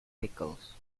pickles